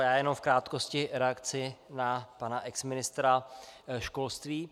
Já jenom v krátkosti reakci na pana exministra školství.